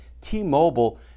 T-Mobile